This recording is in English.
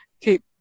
keep